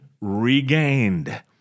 regained